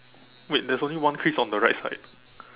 wait there's only one crease on the right side